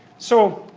so,